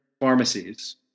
pharmacies